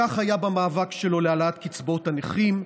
כך היה במאבק שלו להעלאת קצבאות הנכים,